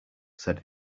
said